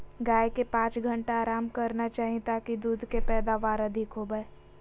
गाय के पांच घंटा आराम करना चाही ताकि दूध के पैदावार अधिक होबय